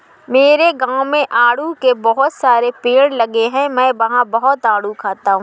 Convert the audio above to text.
मेरे गाँव में आड़ू के बहुत सारे पेड़ लगे हैं मैं वहां बहुत आडू खाता हूँ